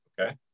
Okay